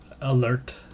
alert